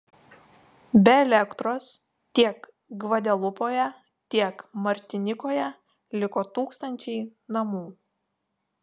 be elektros tiek gvadelupoje tiek martinikoje liko tūkstančiai namų